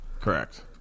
Correct